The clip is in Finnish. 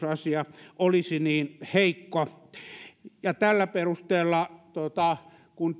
asia olisi niin heikko tällä perusteella kun